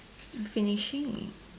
finishing